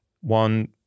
one